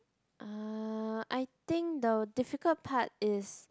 uh I think the difficult part is